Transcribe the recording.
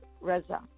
Reza